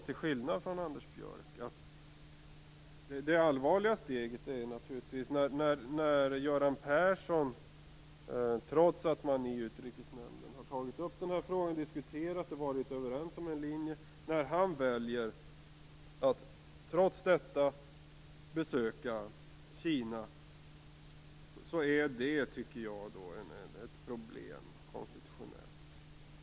Till skillnad från Anders Björck, tycker jag att det allvarliga steget är när Göran Persson - trots att frågan har diskuterats i Utrikesnämnden och man har kommit överens om en linje - väljer att besöka Kina. Det är ett konstitutionellt problem.